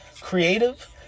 creative